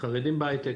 חרדים בהיי-טק,